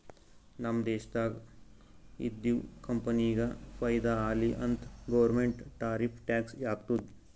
ನಮ್ ದೇಶ್ದಾಗ್ ಇದ್ದಿವ್ ಕಂಪನಿಗ ಫೈದಾ ಆಲಿ ಅಂತ್ ಗೌರ್ಮೆಂಟ್ ಟಾರಿಫ್ ಟ್ಯಾಕ್ಸ್ ಹಾಕ್ತುದ್